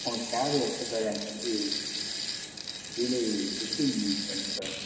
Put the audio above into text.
உங்கள் கேப் எப்போ சார் எனக்கு வந்து ஜூலை ஃபிஃப்ட்டின் வேணும் சார்